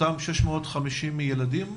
אותם 650 ילדים?